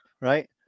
Right